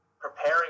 preparing